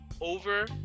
over